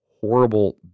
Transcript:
horrible